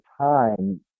time